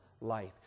life